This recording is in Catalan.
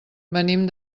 venim